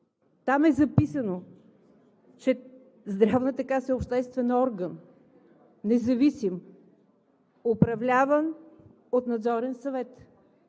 Там е записано, че Здравната каса е обществен орган, независим, управляван от Надзорен съвет.